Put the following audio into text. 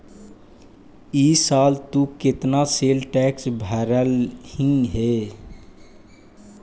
ई साल तु केतना सेल्स टैक्स भरलहिं हे